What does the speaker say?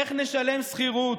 איך נשלם שכירות?